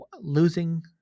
losing